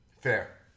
Fair